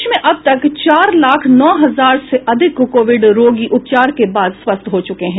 देश में अब तक चार लाख नौ हजार से अधिक कोविड रोगी उपचार के बाद स्वस्थ हो चुके हैं